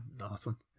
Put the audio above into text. Awesome